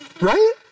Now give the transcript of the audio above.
Right